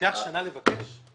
לוקח שנה לבקש?